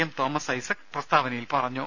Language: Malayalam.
എം തോമസ് ഐസക് പ്രസ്താവനയിൽ പറഞ്ഞു